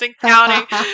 county